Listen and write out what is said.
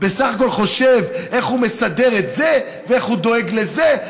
ובסך הכול חושב איך הוא מסדר את זה ואיך הוא דואג לזה.